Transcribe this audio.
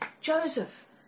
Joseph